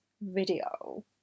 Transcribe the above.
video